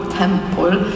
temple